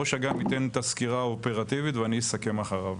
ראש אג"מ ייתן את הסקירה האופרטיבית ואני אסכם אחריו.